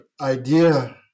idea